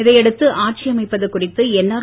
இதையடுத்து ஆட்சியமைப்பது குறித்து என்ஆர்